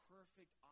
perfect